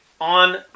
on